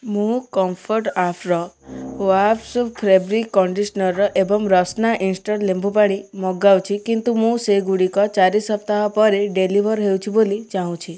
ମୁଁ comfort after wash fabric conditioner ଏବଂ Rasna instant ଲେମ୍ବୁପାଣି ମଗାଉଛି କିନ୍ତୁ ମୁଁ ସେଗୁଡ଼ିକ ଚାରି ସପ୍ତାହ ପରେ ଡେଲିଭର୍ ହେଉଛି ବୋଲି ଚାହୁଁଛି